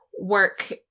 work